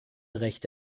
recht